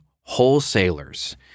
wholesalers